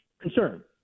concern